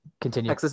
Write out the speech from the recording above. Continue